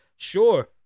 Sure